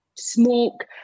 smoke